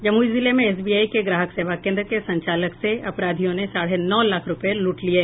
जमुई जिले में एसबीआई के ग्राहक सेवा केन्द्र के संचालक से अपराधियों ने साढ़े नौ लाख रूपये लूट लिये